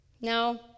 no